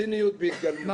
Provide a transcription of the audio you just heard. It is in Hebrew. ציניות בהתגלמותה, אדוני.